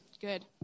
Good